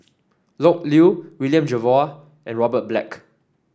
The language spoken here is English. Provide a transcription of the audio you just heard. Loke Yew William Jervoi and Robert Black